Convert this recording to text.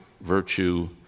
virtue